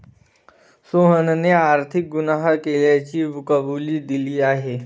सोहनने आर्थिक गुन्हा केल्याची कबुली दिली आहे